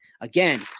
Again